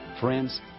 Friends